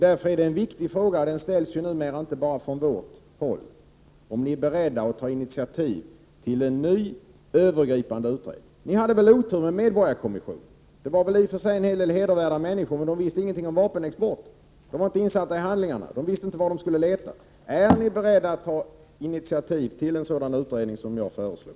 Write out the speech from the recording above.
Därför är det en viktig fråga — och den frågan ställs numera inte bara från vårt håll — om ni är beredda att ta initiativ till en ny, övergripande utredning. Ni hade väl otur med medborgarkommissionen. Det fanns väl i och för sig en hel del hedervärda människor i den, men de visste ingenting om År ni beredda att ta initiativ till en sådan utredning som jag föreslog?